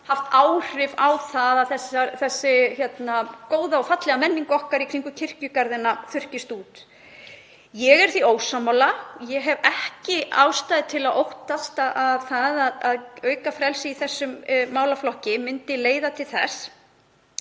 leitt til þess að hin góða og fallega menning okkar í kringum kirkjugarðana þurrkist út. Ég er því ósammála. Ég hef ekki ástæðu til að óttast að það að auka frelsi í þessum málaflokki myndi leiða til þess.